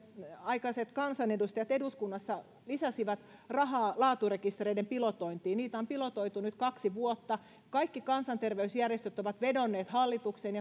aikaiset kansanedustajat eduskunnassa lisäsivät rahaa laaturekistereiden pilotointiin niitä on pilotoitu nyt kaksi vuotta kaikki kansanterveysjärjestöt ovat vedonneet hallitukseen